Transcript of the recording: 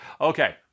Okay